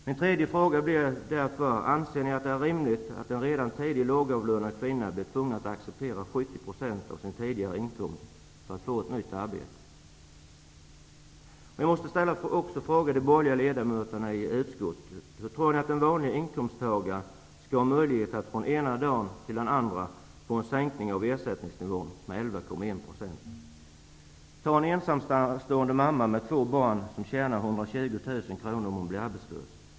Min tredje fråga till de borgerliga blir: Anser ni att det är rimligt att en redan tidigare lågavlönad kvinna blir tvungen att acceptera 70 % av sin tidigare inkomst för att få ett nytt arbete? Jag måste också fråga de borgerliga ledamöterna i arbetsmarknadsutskottet: Hur tror ni att en vanlig inkomsttagare skall ha möjlighet att från den ena dagen till den andra få en sänkning av ersättningsnivån med 11,1 %? Ta en ensamstående mamma med två barn. Hon tjänar 120 000 kr. om året, men blir arbetslös.